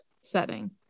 setting